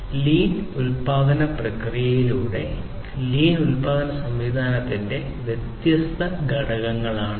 lean ഉൽപാദന പ്രക്രിയയുടെ lean ഉൽപാദന സംവിധാനത്തിന്റെ വ്യത്യസ്ത ഘടകങ്ങളാണ് ഇവ